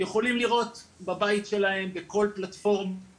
יכולים לראות בבית שלהם, בכל פלטפורמה,